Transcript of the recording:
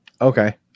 Okay